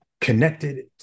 connected